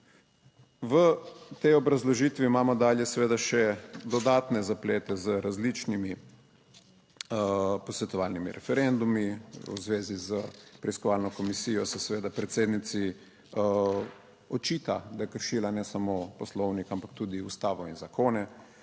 V tej obrazložitvi imamo dalje seveda še dodatne zaplete z različnimi posvetovalnimi referendumi v zvezi s preiskovalno komisijo se seveda predsednici očita, da je kršila ne samo poslovnik, ampak tudi ustavo in zakone.